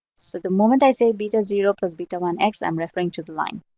so the moment i say beta zero plus beta one x, i'm referring to the line.